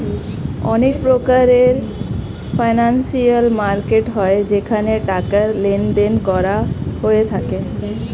অনেক প্রকারের financial market হয় যেখানে টাকার লেনদেন করা হয়ে থাকে